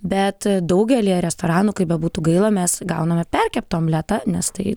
bet daugelyje restoranų kaip bebūtų gaila mes gauname perkeptą omletą nes tai